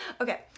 okay